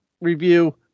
review